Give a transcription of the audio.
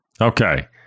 Okay